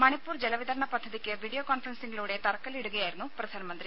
മണിപ്പൂർ ജല വിതരണ പദ്ധതിയ്ക്ക് വീഡിയോ കോൺഫറൻസിംഗിലൂടെ തറക്കല്ലിടുകയായിരുന്നു പ്രധാനമന്ത്രി